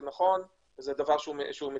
זה נכון וזה דבר מצוין.